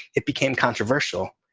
it became controversial.